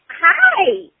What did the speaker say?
Hi